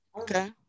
Okay